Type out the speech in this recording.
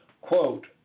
quote